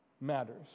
matters